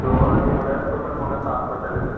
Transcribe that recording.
so आनी म्हळ्यार total म्हाका सात पडटले तर